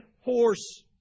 horse